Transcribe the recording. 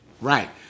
Right